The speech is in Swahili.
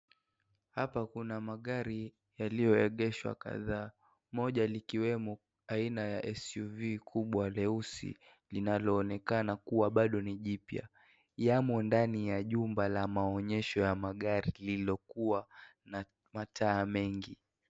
Hapa kuna magari yaliyoegeshwa kadhaa, moja likiwemo aina ya SUV kubwa leusi linaloonekana kuwa bado ni jipya, yamo ndani ya jumba ya maonyesho ya magari lilokuwa na mataa mengi.